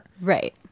right